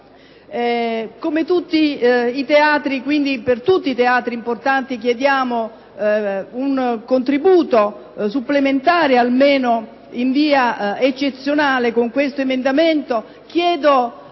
Per tutti i teatri importanti chiediamo un contributo supplementare almeno in via eccezionale; con questo emendamento